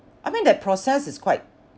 I mean that process is quite